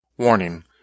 Warning